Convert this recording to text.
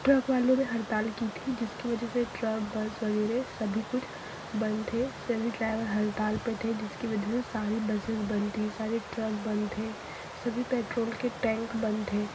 truck वालों ने हड़ताल की थी जिसकी वजह से ट्रक बस वगैरह सभी कुछ बंद थे सभी ट्रैवल हड़ताल पर थे जिसकी वजह से सारी बसेज़ बंद थी सारे ट्रक बंद थे सभी पेट्रोल के टैंक बंद थे